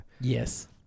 Yes